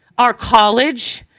our college,